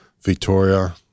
Victoria